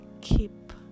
keep